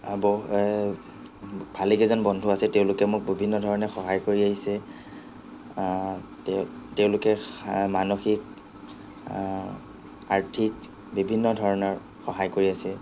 ভালেকেইজন বন্ধু আছে তেওঁলোকে মোক বিভিন্ন ধৰণে সহায় কৰি আহিছে তেওঁ তেওঁলোকে মানসিক আৰ্থিক বিভিন্ন ধৰণৰ সহায় কৰি আছে